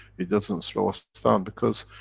it doesn't slow us down because,